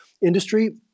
industry